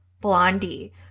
blondie